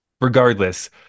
Regardless